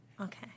Okay